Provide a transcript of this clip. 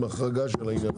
עם ההחרגה של העניין הזה.